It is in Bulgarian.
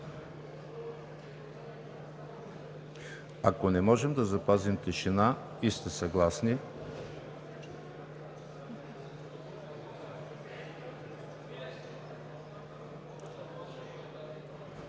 Ако не можем да запазим тишина и сте съгласни…